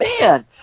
Man